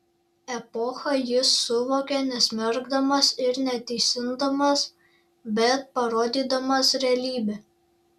epochą jis suvokia nesmerkdamas ir neteisindamas bet parodydamas realybę